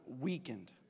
weakened